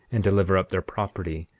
and deliver up their property,